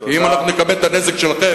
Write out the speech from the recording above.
כי אם אנחנו נכמת את הנזק שלכם,